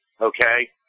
Okay